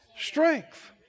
strength